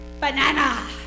Banana